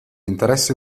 interesse